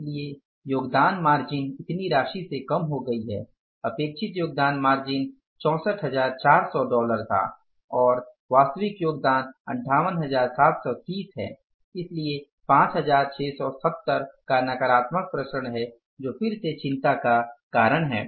इसलिए योगदान मार्जिन इतनी राशि से कम हो गई है अपेक्षित योगदान मार्जिन 64400 डॉलर था और वास्तविक योगदान 58730 है इसलिए 5670 का नकारात्मक विचरण है जो फिर से चिंता का कारण है